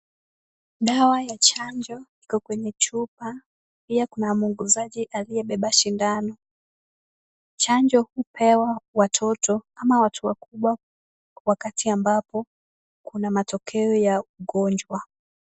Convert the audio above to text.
Dawa ya chanjo iko kwenye chupa pia kuna muuguzaji aliyebeba sindano. Chanjo hupewa watoto ama watu wakubwa wakati ambapo kuna matokeo ya ugonjwa.